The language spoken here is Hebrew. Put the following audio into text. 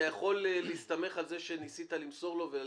אתה יכול להסתמך על זה שניסית למסור לו.